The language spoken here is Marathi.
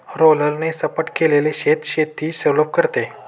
रोलरने सपाट केलेले शेत शेती सुलभ करते